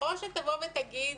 או שתבוא ותגיד,